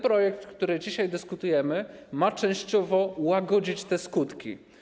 Projekt, nad którym dzisiaj dyskutujemy, ma częściowo łagodzić te skutki.